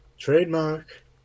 Trademark